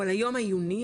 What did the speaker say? הוא על היום העיוני,